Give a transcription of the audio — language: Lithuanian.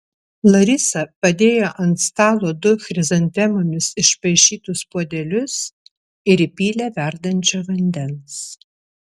larisa padėjo ant stalo du chrizantemomis išpaišytus puodelius ir įpylė verdančio vandens